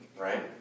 right